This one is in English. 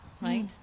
right